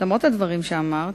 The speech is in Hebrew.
למרות הדברים שאמרת,